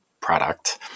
product